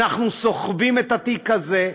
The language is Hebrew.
אנחנו סוחבים את התיק הזה,